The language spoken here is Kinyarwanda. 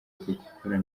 gukora